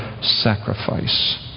sacrifice